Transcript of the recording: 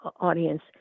audience